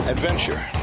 Adventure